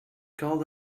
called